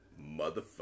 motherfucker